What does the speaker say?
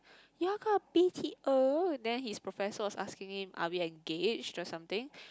ya kind of b_t_o then his professor was asking him are we engage or something